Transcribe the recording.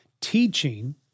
Teaching